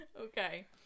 Okay